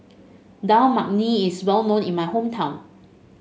Dal Makhani is well known in my hometown